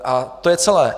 A to je celé.